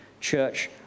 Church